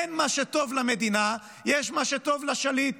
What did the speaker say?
אין מה שטוב למדינה, יש מה שטוב לשליט.